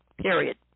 period